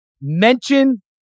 mention